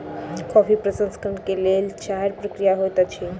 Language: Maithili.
कॉफ़ी प्रसंस्करण के लेल चाइर प्रक्रिया होइत अछि